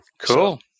Cool